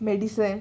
medicine